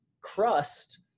crust